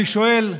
אני שואל,